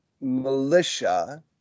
militia